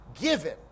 given